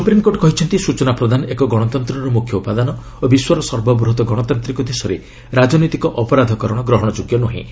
supreme court କହିଛନ୍ତି ସ୍ଚଚନା ପ୍ରଦାନ ଏକ ଗଣତନ୍ତ୍ରର ମୁଖ୍ୟ ଉପାଦାନ ଓ ବିଶ୍ୱର ସର୍ବବୃହତ ଗଣତାନ୍ତିକ ଦେଶରେ ରାଜନୈତିକ ଅପରାଧକରଣ ଗ୍ରହଣ ଯୋଗ୍ୟ ନୂହେଁ